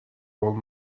old